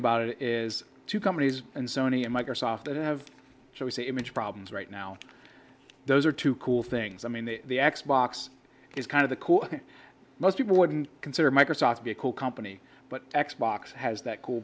about it is two companies and sony and microsoft that have chosen image problems right now those are two cool things i mean they the x box is kind of the core most people wouldn't consider microsoft vehicle company but x box has that cool